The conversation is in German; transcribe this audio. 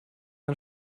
ein